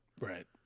right